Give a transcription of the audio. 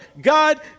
God